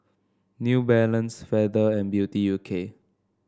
New Balance Feather and Beauty U K